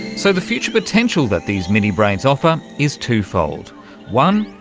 so the future potential that these mini-brains offer is two-fold one,